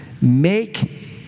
make